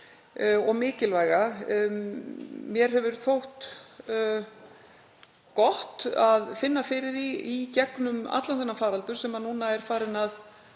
og mikilvæga. Mér hefur þótt gott að finna fyrir því í gegnum allan þennan faraldur, en núna er komin á